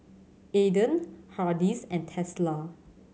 Aden Hardy's and Tesla